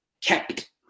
kept